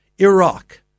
Iraq